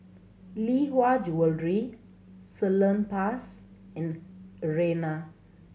Lee Hwa Jewellery Salonpas and Urana